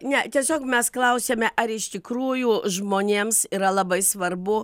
ne tiesiog mes klausiame ar iš tikrųjų žmonėms yra labai svarbu